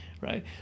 right